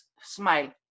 smile